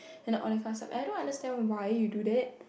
and like all that kind of stuff and I don't understand why you do that